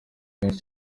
benshi